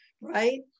right